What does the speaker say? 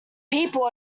people